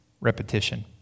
repetition